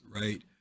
right